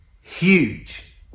huge